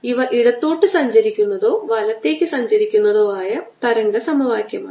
ഇവ ഇടത്തോട്ട് സഞ്ചരിക്കുന്നതോ വലത്തേക്ക് സഞ്ചരിക്കുന്നതോ ആയ തരംഗ സമവാക്യമാണ്